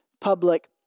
public